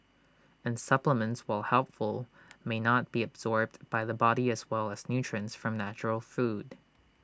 and supplements while helpful may not be absorbed by the body as well as nutrients from natural food